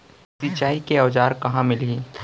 सिंचाई के औज़ार हा कहाँ मिलही?